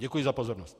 Děkuji za pozornost.